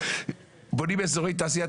בונים איזורי תעשייה,